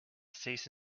cease